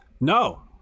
No